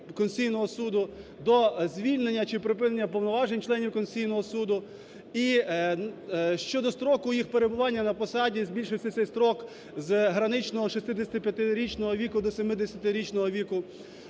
до звільнення чи припинення повноважень членів Конституційного Суду і щодо строку їх перебування на посаді збільшився цей строк з граничного 65-го віку до 70-го віку,